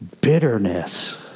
bitterness